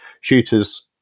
Shooters